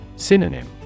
Synonym